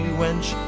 wench